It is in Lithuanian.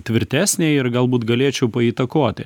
tvirtesnę ir galbūt galėčiau paįtakoti